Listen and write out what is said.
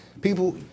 people